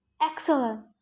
Excellent